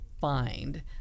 find